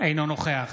אינו נוכח